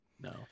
no